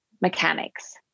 mechanics